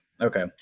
okay